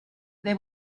they